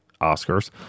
Oscars